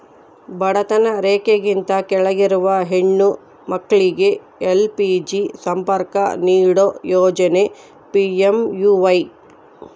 ಬಡತನ ರೇಖೆಗಿಂತ ಕೆಳಗಿರುವ ಹೆಣ್ಣು ಮಕ್ಳಿಗೆ ಎಲ್.ಪಿ.ಜಿ ಸಂಪರ್ಕ ನೀಡೋ ಯೋಜನೆ ಪಿ.ಎಂ.ಯು.ವೈ